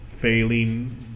failing